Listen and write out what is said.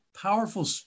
powerful